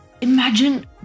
imagine